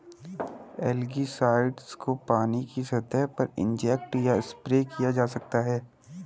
algicides को पानी की सतह पर इंजेक्ट या स्प्रे किया जा सकता है